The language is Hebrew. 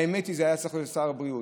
האמת היא שזה היה צריך להיות שר הבריאות.